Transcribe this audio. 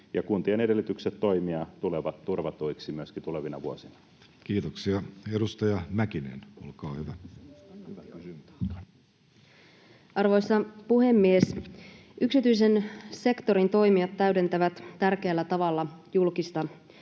kuntien edellytykset toimia tulevat turvatuiksi myöskin tulevina vuosina? Kiitoksia. — Edustaja Mäkinen, olkaa hyvä. Arvoisa puhemies! Yksityisen sektorin toimijat täydentävät tärkeällä tavalla julkista